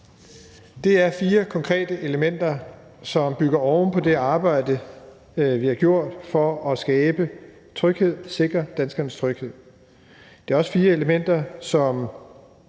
Det er fire konkrete elementer, som bygger oven på det arbejde, vi har gjort for at skabe tryghed, for at sikre danskernes tryghed. Det er også fire elementer, som